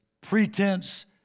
pretense